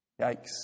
Yikes